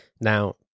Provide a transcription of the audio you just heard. Now